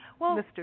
Mr